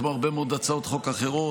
כמו הרבה מאוד הצעות חוק אחרות,